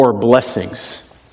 blessings